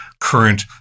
current